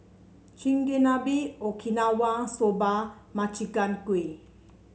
Chigenabe Okinawa Soba Makchang Gui